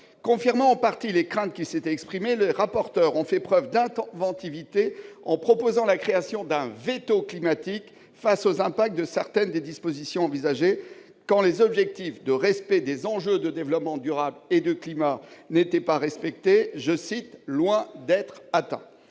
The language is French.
Confirmant en partie les craintes qui s'étaient exprimées, les rapporteurs ont fait preuve d'inventivité en proposant la création d'un « veto climatique » face aux impacts de certaines dispositions envisagées quand les objectifs en matière de respect des enjeux liés au développement durable et des accords climatiques ne sont pas respectés et sont « loin d'être atteints ».